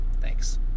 Thanks